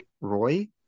Roy